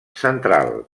central